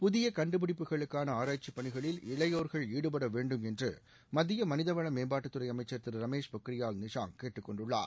புதிய கண்டுபிடிப்புகளுக்கான ஆராய்ச்சி பணிகளில் இளையோர்கள் ஈடுபடவேண்டும் என்று மத்திய மனித வள மேம்பாட்டுத்துறை அமைச்சர் திரு ரமேஷ் பொக்ரியால் நிஷாங் கேட்டுக்கொண்டுள்ளார்